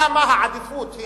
למה העדיפות היא